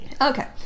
Okay